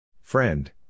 Friend